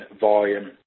volume